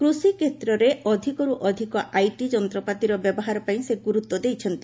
କୃଷିକ୍ଷେତ୍ରରେ ଅଧିକରୁ ଅଧିକ ଆଇଟି ଯନ୍ତ୍ରପାତିର ବ୍ୟବହାର ପାଇଁ ସେ ଗୁରୁତ୍ୱ ଦେଇଛନ୍ତି